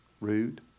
rude